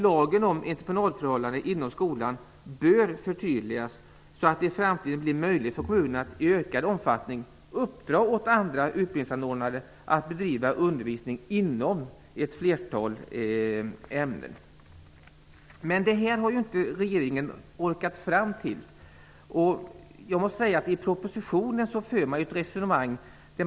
Lagen om entreprenadsförhållanden i skolan bör förtydligas så att det i framtiden blir möjligt för kommunerna att i ökad omfattning uppdra åt andra utbildningsanordnare att bedriva undervisning inom ett flertal ämnen. Detta har regeringen inte orkat komma fram till. I propositionen för man ett resonemang.